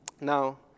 Now